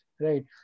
right